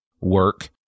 work